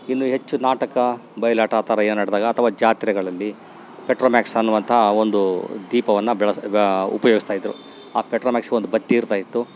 ಇನ್ನು ಹೆಚ್ಚು ನಾಟಕ ಬಯಲಾಟ ಆ ಥರ ಏನು ನಡ್ದಾಗ ಅಥವಾ ಜಾತ್ರೆಗಳಲ್ಲಿ ಪೆಟ್ರೋಮ್ಯಾಕ್ಸ್ ಅನ್ನುವಂಥ ಒಂದೂ ದೀಪವನ್ನು ಬಳ್ಸು ಉಪಯೋಗಿಸ್ತಾಯಿದ್ರು ಆ ಪೆಟ್ರೋಮ್ಯಾಕ್ಸ್ಗೆ ಒಂದು ಬತ್ತಿ ಇರ್ತಾಯಿತ್ತು